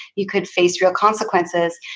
you could face real consequences,